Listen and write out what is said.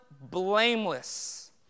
blameless